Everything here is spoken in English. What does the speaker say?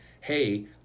hey